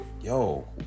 yo